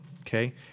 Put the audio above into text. Okay